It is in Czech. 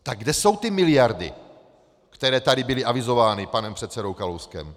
Tak kde jsou ty miliardy, které tady byly avizovány panem předsedou Kalouskem?